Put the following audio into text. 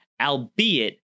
albeit